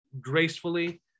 gracefully